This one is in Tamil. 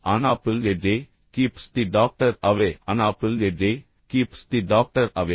on apple a day keeps the doctor away an apple a day keeps the doctor away